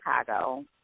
Chicago